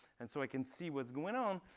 and so i can see what's going on.